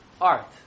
art